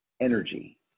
energy